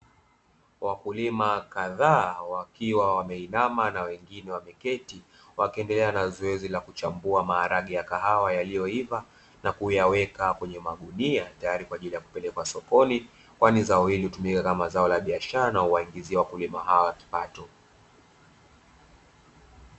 Wakulima kadhaa wakiwa wameinama na wengine wameketi wakiendelea na zoezi la kuchambua maharage ya kahawa yaliyoiva na kuyaweka kwenye magunia, tayari kwa ajili ya kupelekwa sokoni kwani zao hili hutumika kama zao la biashara na uwaingizia wakulima hawa kipato.